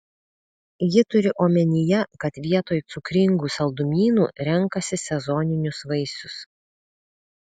ji turi omenyje kad vietoj cukringų saldumynų renkasi sezoninius vaisius